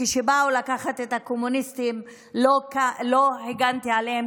כשבאו לקחת את הקומוניסטים לא הגנתי עליהם,